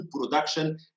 production